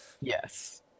Yes